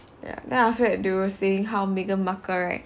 ya then after that they were saying how meghan markle right